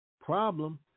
problem